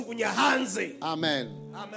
Amen